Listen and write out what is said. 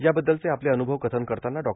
याबद्दलचे आपले अन्नुभव कथन करताना डॉ